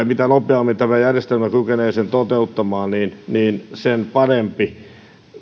mitä nopeammin tämä järjestelmä kykenee sen toteuttamaan sen parempi